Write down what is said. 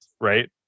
right